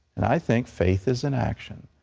and i think faith is an action.